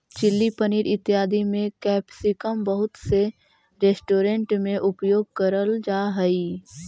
chilli paneer इत्यादि में capsicum बहुत से रेस्टोरेंट में उपयोग करल जा हई